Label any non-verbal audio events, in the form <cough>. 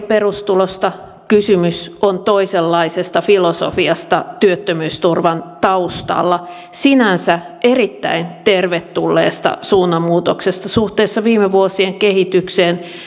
<unintelligible> perustulosta kysymys on toisenlaisesta filosofiasta työttömyysturvan taustalla sinänsä erittäin tervetulleesta suunnanmuutoksesta suhteessa viime vuosien kehitykseen